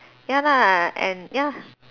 ya lah and ya